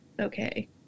okay